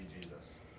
Jesus